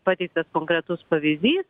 pateiktas konkretus pavyzdys